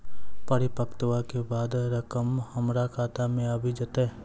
परिपक्वता के बाद रकम हमरा खाता मे आबी जेतै?